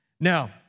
Now